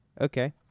Okay